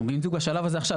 אנחנו בדיוק בשלב הזה עכשיו.